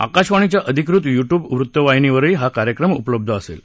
आकाशवाणीच्या अधिकृत YouTube वृत्तवाहिनीवरही हा कार्यक्रम उपलब्ध असेल